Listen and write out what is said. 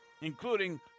Including